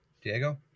Diego